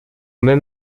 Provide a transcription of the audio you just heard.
même